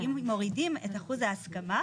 שאם מורידים את אחוז ההסכמה,